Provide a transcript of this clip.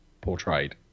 portrayed